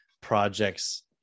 projects